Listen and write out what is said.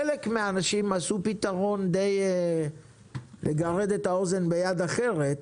חלק מהאנשים יצרו פתרון לגרד את האוזן ביד אחרת,